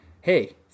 hey